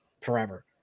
forever